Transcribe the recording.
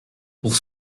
pour